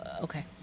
Okay